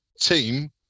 team